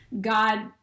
God